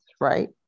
Right